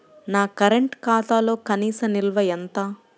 నా కరెంట్ ఖాతాలో కనీస నిల్వ ఎంత?